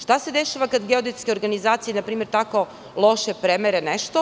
Šta se dešava kada geodetske organizacije tako loše premere nešto?